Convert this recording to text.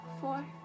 Four